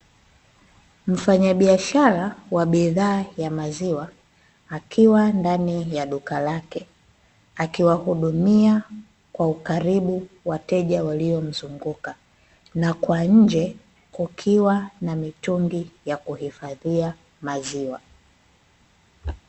Mfanyabiashara wa bidhaa ya maziwa, akiwa ndani ya duka lake akiwahudumia kwa ukaribu wateja walio mzunguka. Na kwa nje kukiwa na mitungi ya kuhifadhia maziwa.